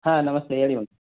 ಹಾಂ ನಮಸ್ತೆ ಹೇಳಿ ಮ್ಯಾಮ್